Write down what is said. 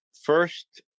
first